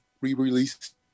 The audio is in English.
re-released